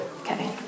Okay